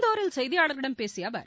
இந்தூரில் செய்தியாளர்களிடம் பேசிய அவர்